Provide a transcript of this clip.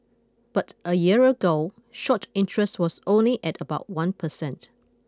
but a year ago short interest was only at about one per cent